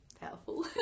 powerful